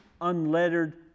unlettered